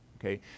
Okay